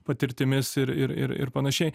patirtimis ir ir ir panašiai